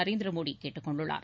நரேந்திர மோடி கேட்டுக் கொண்டுள்ளார்